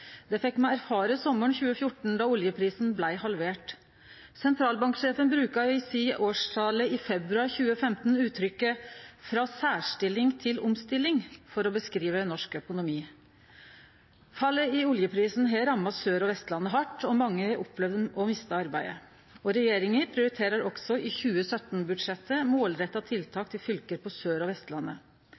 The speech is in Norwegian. Det fekk me erfare sommaren 2014 då oljeprisen blei halvert. Sentralbanksjefen bruka i si årstale i februar 2015 uttrykket «fra særstilling til omstilling» for å beskrive norsk økonomi. Fallet i oljeprisen har ramma Sør- og Vestlandet hardt, og mange har opplevd å miste arbeidet. Regjeringa prioriterer også i 2017-budsjettet målretta tiltak til fylke på Sør- og Vestlandet.